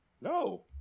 No